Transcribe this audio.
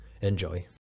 Enjoy